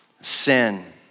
sin